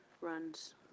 runs